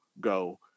go